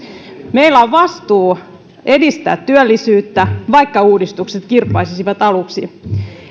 meillä on vastuu edistää työllisyyttä vaikka uudistukset kirpaisisivat aluksi